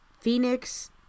Phoenix